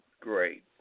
Great